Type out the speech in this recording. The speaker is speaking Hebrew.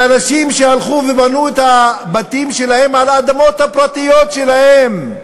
ואנשים שהלכו ובנו את הבתים שלהם על האדמות הפרטיות שלהם,